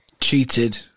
Cheated